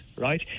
right